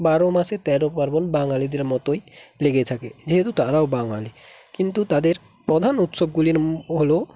বারো মাসে তেরো পার্বণ বাঙালিদের মতোই লেগে থাকে যেহেতু তারাও বাঙালি কিন্তু তাদের প্রধান উৎসবগুলি হল